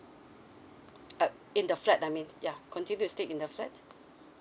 uh in the flat I mean ya continue to stay in the flat